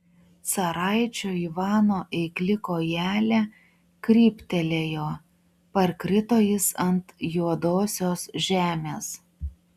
caraičio ivano eikli kojelė kryptelėjo parkrito jis ant juodosios žemės